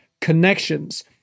connections